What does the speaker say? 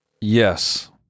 Yes